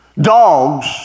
dogs